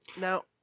Now